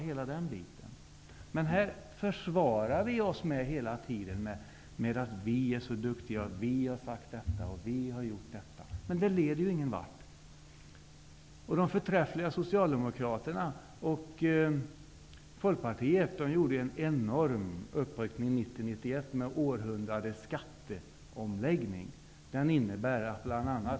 Vi politiker försvarar oss hela tiden med att vi är så duktiga, vi har sagt detta och gjort detta, men det leder ju ingen vart. De förträffliga Socialdemokraterna och Folkpartiet gjorde ju en enorm uppryckning 1990--1991 med århundradets skatteomläggning.